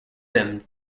them